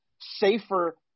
safer